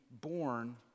born